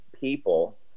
people